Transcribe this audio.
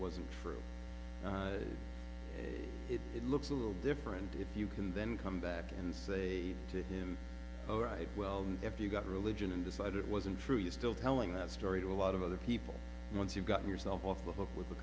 wasn't for it it looks a little different if you can then come back and say to him oh right well if you got religion and decide it wasn't true you still telling that story to a lot of other people and once you got yourself off the hook with the